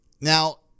Now